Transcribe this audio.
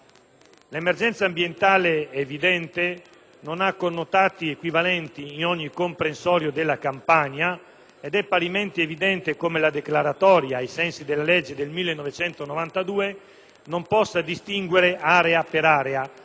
l'emergenza ambientale non abbia connotati equivalenti in ogni comprensorio della Campania ed è parimenti evidente come la declaratoria ai sensi della legge del 1992 non possa distinguere area per area,